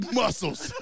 muscles